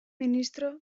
ministro